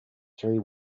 three